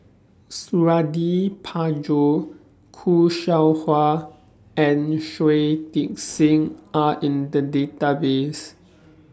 Suradi Parjo Khoo Seow Hwa and Shui Tit Sing Are in The Database